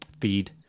feed